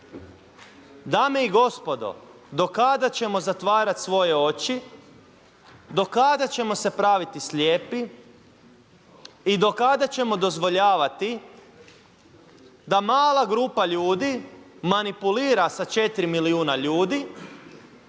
Dame i gospodo do kada ćemo zatvarati svoje oči? Do kada ćemo se praviti slijepi? I do kada ćemo dozvoljavati da mala grupa ljudi manipulira sa 4 milijuna ljudi